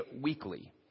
weekly